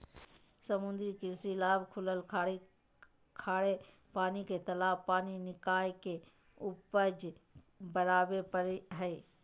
समुद्री कृषि लाभ खुलल खाड़ी खारे पानी के तालाब पानी निकाय के उपज बराबे हइ